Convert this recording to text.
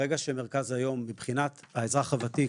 ברגע שמרכז היום מבחינת האזרח הוותיק,